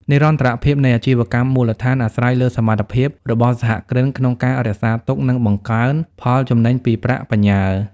និរន្តរភាពនៃអាជីវកម្មមូលដ្ឋានអាស្រ័យលើសមត្ថភាពរបស់សហគ្រិនក្នុងការ "រក្សាទុក និងបង្កើន" ផលចំណេញពីប្រាក់បញ្ញើ។